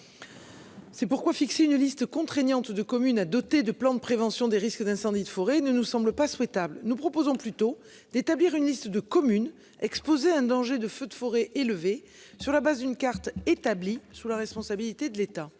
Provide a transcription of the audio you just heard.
C'est pourquoi fixer une liste contraignante de communes à doter de plans de prévention des risques d'incendie de forêt ne nous semble pas souhaitable. Nous proposons plutôt d'établir une liste de communes exposées à un danger de feux de forêt élevé sur la base d'une carte établie sous la responsabilité de l'État.